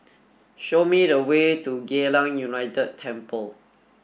show me the way to Geylang United Temple